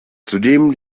zudem